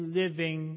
living